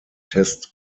test